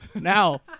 Now